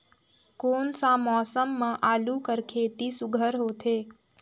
कोन सा मौसम म आलू कर खेती सुघ्घर होथे?